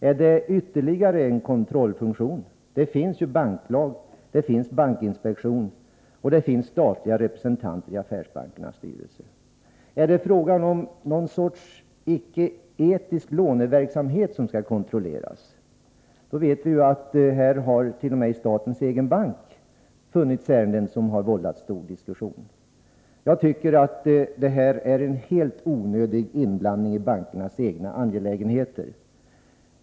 Är det fråga om ytterligare en kontrollfunktion? Det finns ju en banklag, det finns en bankinspektion och det finns statliga representanter i affärsbankernas styrelser. Är det fråga om någon sorts icke-etisk låneverksamhet som skall kontrolleras? Vi vet i så fall att det även i statens egen bank har funnits ärenden som har vållat mycken diskussion. Jag tycker att det här är en helt onödig inblandning i bankernas egna angelägenheter.